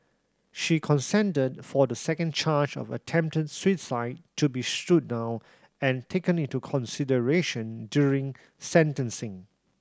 she consented for the second charge of attempted suicide to be stood down and taken into consideration during sentencing